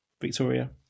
Victoria